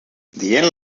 dient